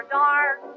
dark